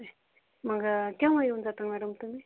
मग केव्हा येऊन जाता मॅडम तुम्ही